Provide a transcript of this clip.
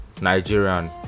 nigerian